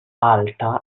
alta